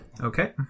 Okay